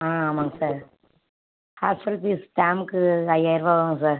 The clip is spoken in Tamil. ஆ ஆமாம்ங்க சார் ஹாஸ்டல் ஃபீஸ் டேர்முக்கு ஐயாயர்ரூவா ஆவும் சார்